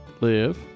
Live